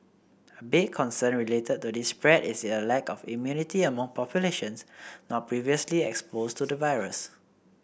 a big concern related to this spread is a lack of immunity among populations not previously exposed to the virus